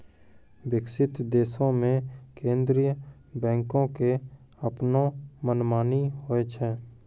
विकसित देशो मे केन्द्रीय बैंको के अपनो मनमानी होय छै